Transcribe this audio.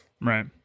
Right